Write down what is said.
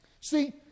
See